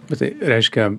bet tai reiškia